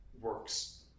works